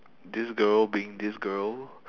this girl being this girl